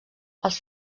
els